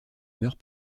meurt